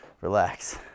relax